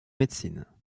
médecine